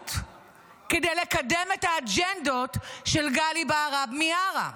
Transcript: לאות כדי לקדם את האג'נדות של גלי בהרב מיארה.